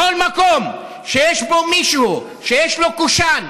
בכל מקום שיש בו מישהו שיש לו קושאן,